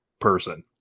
person